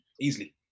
easily